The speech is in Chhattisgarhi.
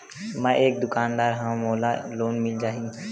मै एक दुकानदार हवय मोला लोन मिल जाही?